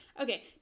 Okay